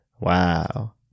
Wow